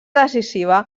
decisiva